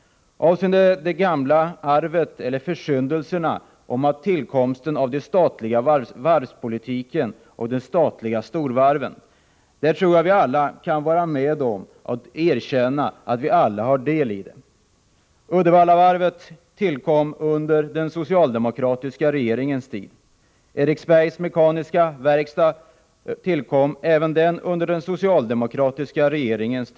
De gamla försyndelserna, i fråga om tillkomsten av den statliga varvspolitiken och de statliga storvarven, tror jag att vi alla kan erkänna att vi har del i. Uddevallavarvet och Eriksbergs Mekaniska Verkstad tillkom under socialdemokratisk regeringstid.